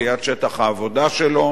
ליד שטח העבודה שלו